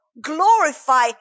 glorify